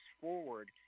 forward